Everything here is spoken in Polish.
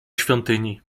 świątyni